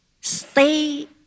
Stay